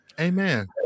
Amen